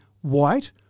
white